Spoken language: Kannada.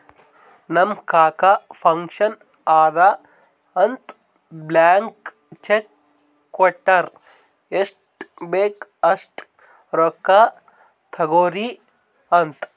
ನಮ್ ಕಾಕಾ ಫಂಕ್ಷನ್ ಅದಾ ಅಂತ್ ಬ್ಲ್ಯಾಂಕ್ ಚೆಕ್ ಕೊಟ್ಟಾರ್ ಎಷ್ಟ್ ಬೇಕ್ ಅಸ್ಟ್ ರೊಕ್ಕಾ ತೊಗೊರಿ ಅಂತ್